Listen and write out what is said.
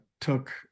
took